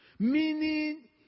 Meaning